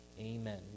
Amen